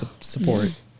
Support